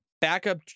backup